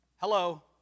Hello